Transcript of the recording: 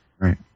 Right